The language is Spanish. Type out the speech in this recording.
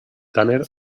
tanner